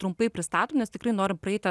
trumpai pristatom nes tikrai norim praeiti